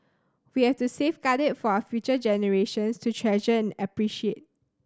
we have to safeguard it for our future generations to treasure and appreciate